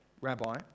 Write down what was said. rabbi